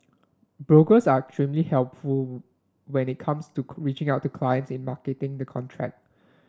brokers are extremely helpful when it comes to reaching out to clients in marketing the contract